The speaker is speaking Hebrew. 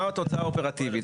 מה התוצאה אופרטיבית.